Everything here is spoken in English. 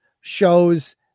shows